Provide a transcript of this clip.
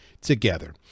together